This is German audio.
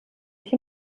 ich